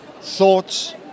thoughts